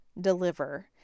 deliver